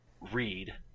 read